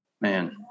Man